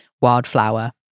Wildflower